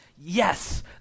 yes